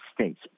States